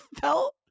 felt